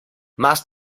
más